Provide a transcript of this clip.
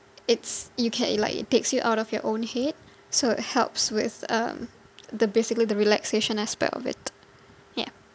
it's you can it like it takes you out of your own head so it helps with um the basically the relaxation aspect of it yeah